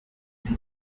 sie